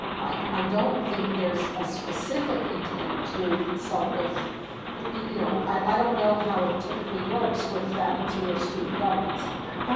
i i don't think there is a specific intent to consult with you know, i don't know how it typically works with faculty or student governance on that.